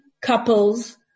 couples